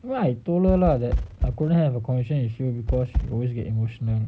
well I told her lah that I couldn't have a connection with you because you always get emotional